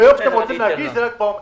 ביום שאתם רוצים להגיש זה ל"ג בעומר.